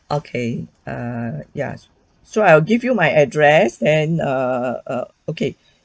okay err ya so I'll give you my address and err err okay